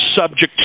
subject